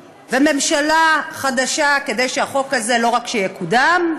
וממשלה חדשה כדי שהחוק הזה לא רק יקודם,